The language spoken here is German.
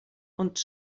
und